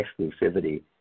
exclusivity